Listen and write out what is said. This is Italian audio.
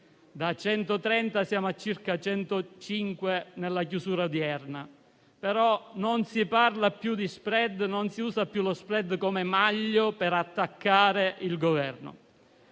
da 130 siamo a circa 105 nella chiusura odierna; però non si parla più di *spread* e non si usa più lo *spread* come maglio per attaccare il Governo.